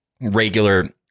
regular